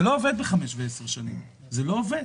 זה לא עובד ב-5 ו-10 שנים זה לא עובד.